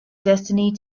destiny